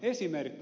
esimerkki